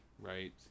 Right